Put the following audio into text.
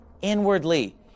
inwardly